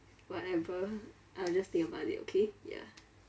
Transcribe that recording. whatever I will just think about it okay ya